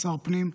שר פנים,